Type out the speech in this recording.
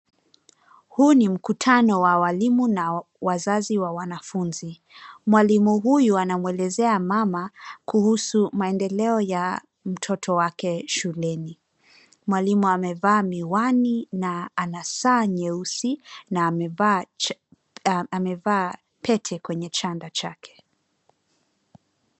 Huu ni mkutano wa walimu na wazazi wa wanafunzi. Mwalimu huyu anamwelezea mama kuhusu maendeleo ya mtoto wake shuleni. Mwalimu amevaa miwani na ana saa nyeusi na amevaa pete kwenye chanda chake.